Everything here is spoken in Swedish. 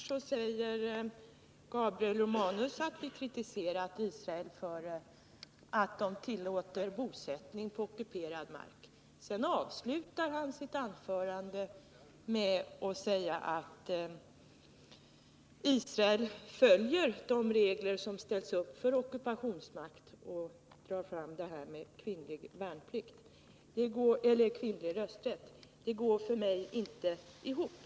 Herr talman! Först säger Gabriel Romanus att vi kritiserat Israel för att Israel tillåter bosättning på ockuperad mark. Sedan avslutar han sitt anförande med att säga att Israel följer de regler som ställts upp för ockupationsmakt och drar i det sammanhanget fram frågan om kvinnlig rösträtt. Det går såvitt jag förstår inte ihop.